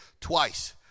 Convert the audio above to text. twice